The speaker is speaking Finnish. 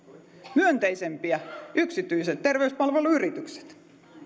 myönteisimpiä yksityiset terveyspalveluyritykset